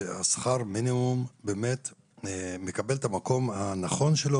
ששכר מינימום מקבל את המקום הנכון שלו